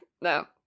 No